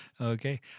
Okay